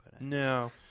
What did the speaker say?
No